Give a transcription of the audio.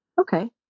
okay